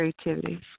creativity